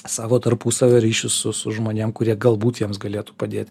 savo tarpusavio ryšius su su žmonėm kurie galbūt jiems galėtų padėti